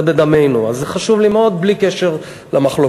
זה בדמנו, אז זה חשוב לי מאוד, בלי קשר למחלוקות.